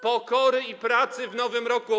Pokory i pracy w nowym roku.